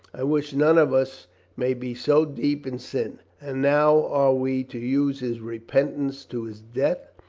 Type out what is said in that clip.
i wish none of us may be so deep in sin. and now are we to use his repentance to his death?